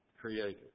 created